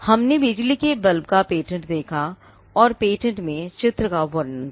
हमने बिजली के बल्ब का पेटेंट देखा और पेटेंट में चित्र का विवरण था